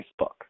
Facebook